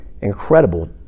incredible